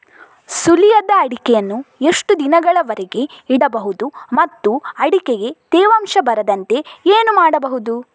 ಸುಲಿಯದ ಅಡಿಕೆಯನ್ನು ಎಷ್ಟು ದಿನಗಳವರೆಗೆ ಇಡಬಹುದು ಮತ್ತು ಅಡಿಕೆಗೆ ತೇವಾಂಶ ಬರದಂತೆ ಏನು ಮಾಡಬಹುದು?